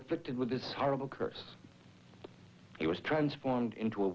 afflicted with this horrible curse it was transformed into a